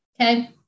Okay